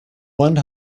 one